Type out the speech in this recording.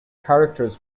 characters